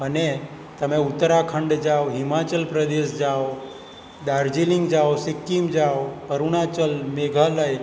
અને તમે ઉત્તરાખંડ જાઓ હિમાચલ પ્રદેશ જાઓ દાર્જિલીંગ જાઓ સિક્કિમ જાઓ અરુણાચલ મેઘાલય